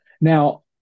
Now